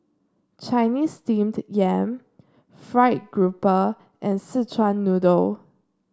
Chinese Steamed Yam fried grouper and Szechuan Noodle